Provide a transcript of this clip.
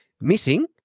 missing